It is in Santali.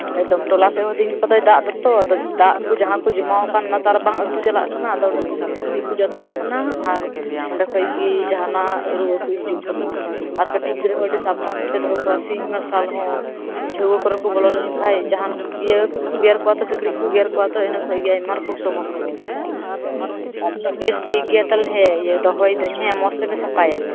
ᱮᱠᱫᱚᱢ ᱴᱚᱞᱟ ᱥᱮᱜ ᱛᱤᱦᱤᱸᱧ ᱜᱟᱯᱟ ᱫᱚᱭ ᱫᱟᱜ ᱫᱟᱛᱚ ᱟᱫᱚ ᱫᱟᱜ ᱡᱟᱦᱟᱸ ᱠᱚ ᱡᱚᱢᱟᱣ ᱠᱟᱱ ᱚᱱᱟ ᱠᱚ ᱛᱚ ᱟᱨ ᱵᱟᱝ ᱟᱛᱩ ᱪᱟᱞᱟᱜ ᱠᱟᱱᱟ ᱟᱫᱚ ᱚᱸᱰᱮ ᱠᱷᱚᱡ ᱜᱮ ᱥᱤᱠᱲᱤᱡ ᱠᱚ ᱡᱚᱱᱢᱚᱜ ᱠᱟᱱᱟ ᱟᱨ ᱚᱸᱰᱮ ᱠᱷᱚᱡ ᱜᱮ ᱡᱟᱦᱟᱸᱱᱟᱜ ᱨᱩᱣᱟ ᱠᱚ ᱦᱤᱡᱩᱜ ᱠᱟᱱᱟ ᱟᱨ ᱠᱟᱴᱤᱜ ᱜᱤᱫᱽᱨᱟᱹ ᱦᱚᱸ ᱟᱰᱤ ᱥᱟᱵᱽᱫᱷᱟᱱ ᱛᱮᱯᱮ ᱫᱚᱦᱚ ᱠᱚᱣᱟ ᱥᱤᱝ ᱢᱟᱨᱥᱟᱞ ᱦᱚᱸ ᱡᱷᱟᱹᱣᱟᱹ ᱠᱚᱨᱮ ᱠᱚ ᱵᱚᱞᱚ ᱞᱮᱱ ᱠᱷᱟᱡ ᱡᱟᱦᱟᱸᱱ ᱤᱭᱟᱹ ᱠᱷᱚᱡ ᱠᱚ ᱜᱮᱨ ᱠᱚᱣᱟ ᱥᱤᱠᱲᱤᱡ ᱠᱚ ᱜᱮᱨ ᱠᱚᱣᱟ ᱛᱚ ᱤᱱᱟᱹ ᱠᱷᱚᱡ ᱜᱮ ᱟᱭᱢᱟ ᱨᱚᱠᱚᱢ ᱥᱚᱢᱚᱥᱥᱟ ᱦᱩᱭ ᱫᱟᱲᱮᱭᱟᱜᱼᱟ ᱟᱪ ᱪᱷᱟ ᱵᱮᱥ ᱴᱷᱤᱠ ᱜᱮᱭᱟ ᱛᱟᱞᱦᱮ ᱦᱮᱸ ᱤᱭᱟᱹ ᱫᱚᱦᱚᱭ ᱫᱟᱹᱧ ᱢᱚᱸᱡᱽ ᱛᱮᱯᱮ ᱥᱟᱯᱟᱭᱟ